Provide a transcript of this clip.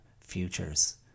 futures